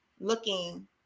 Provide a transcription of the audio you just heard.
looking